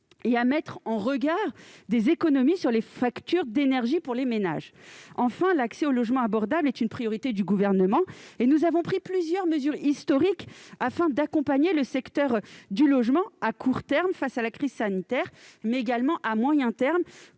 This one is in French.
à mettre en regard des économies générées sur les factures d'énergie des ménages. Enfin, l'accès au logement abordable est une priorité du Gouvernement. Nous avons pris plusieurs mesures historiques afin d'accompagner le secteur du logement, à court terme face à la crise sanitaire, mais aussi à moyen terme,